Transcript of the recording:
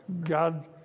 God